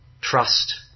trust